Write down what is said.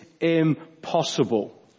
impossible